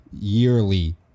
yearly